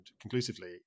conclusively